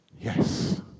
Yes